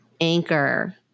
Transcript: anchor